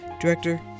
Director